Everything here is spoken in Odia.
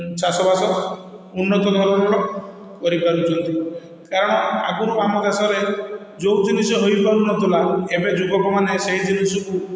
ଚାଷବାସ ଉନ୍ନତ ଧରଣର କରିପାରୁଛନ୍ତି କାରଣ ଆଗରୁ ଆମ ଦେଶରେ ଯୋଉ ଜିନିଷ ହେଇ ପାରୁନଥିଲା ଏବେ ଯୁବକମାନେ ସେଇ ଜିନିଷକୁ